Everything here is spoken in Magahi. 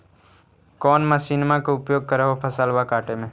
कौन मसिंनमा के उपयोग कर हो फसलबा काटबे में?